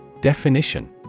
Definition